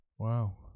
Wow